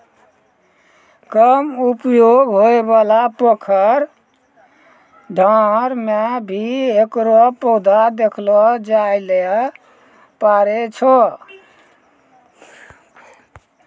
कम उपयोग होयवाला पोखर, डांड़ में भी हेकरो पौधा देखलो जाय ल पारै छो